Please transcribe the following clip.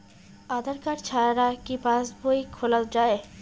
আধার card ছাড়া কি পাসবই খোলা যায়?